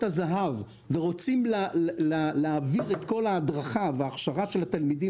הזה"ב ורוצים להעביר את כל ההדרכה וההכשרה של התלמידים